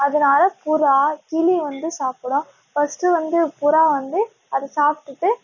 அதனால புறா கிளி வந்து சாப்பிடும் ஃபர்ஸ்ட்டு வந்து புறா வந்து அதை சாப்பிட்டுட்டு